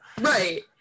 right